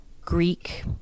Greek